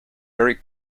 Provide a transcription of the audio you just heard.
very